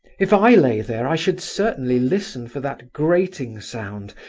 if i lay there, i should certainly listen for that grating sound,